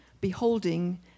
beholding